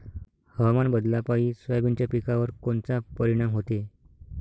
हवामान बदलापायी सोयाबीनच्या पिकावर कोनचा परिणाम होते?